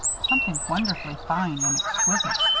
something wonderfully fine and exquisite,